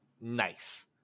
Nice